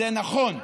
זה נכון.